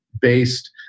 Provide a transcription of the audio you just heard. based